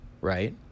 right